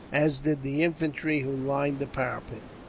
as did the infantry who lined the parapet,